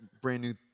brand-new